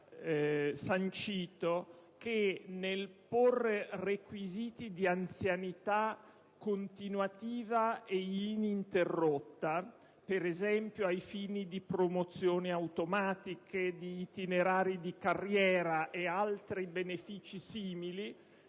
sancito che, nel porre requisiti di anzianità continuativa e ininterrotta, ad esempio ai fini di promozioni automatiche, di itinerari di carriera e di altri benefici simili,